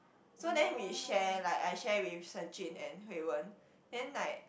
so then we share like I share with Shen-Jun and Hui-Wen then like